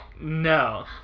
No